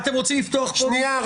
אתם רוצים לפתוח פה --- שנייה,